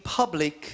public